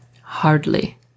Hardly